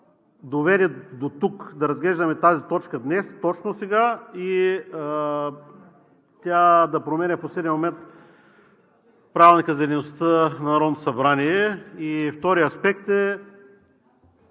доведе дотук да разглеждаме тази точка днес, точно сега, и тя да променя в последния момент Правилника за дейността на Народното събрание. И вторият аспект е